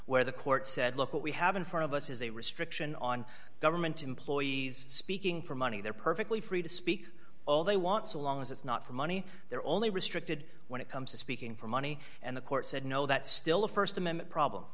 where the court said look what we have in front of us is a restriction on government employees speaking for money they're perfectly free to speak all they want so long as it's not for money they're only restricted when it comes to speaking for money and the court said no that's still a st amendment